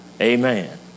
Amen